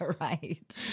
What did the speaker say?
Right